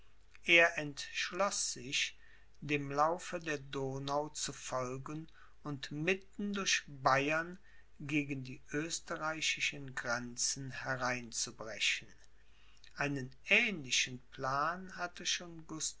er entschloß sich dem laufe der donau zu folgen und mitten durch bayern gegen die österreichischen grenzen hereinzubrechen einen ähnlichen plan hatte schon